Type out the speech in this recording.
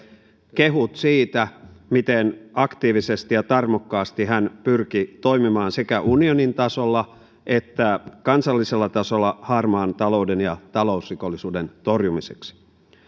kehut siitä miten aktiivisesti ja tarmokkaasti hän pyrki toimimaan sekä unionin tasolla että kansallisella tasolla harmaan talouden ja talousrikollisuuden torjumiseksi